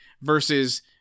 versus